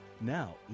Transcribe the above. Now